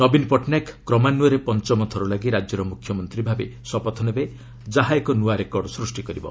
ନବୀନ ପଟ୍ଟନାୟକ କ୍ରମାନ୍ୱୟରେ ପଞ୍ଚମ ଥର ଲାଗି ରାଜ୍ୟର ମୁଖ୍ୟମନ୍ତ୍ରୀ ଭାବେ ଶପଥ ନେବେ ଯାହା ଏକ ନୂଆ ରେକର୍ଡ ସୃଷ୍ଟି କରିବ